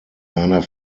seiner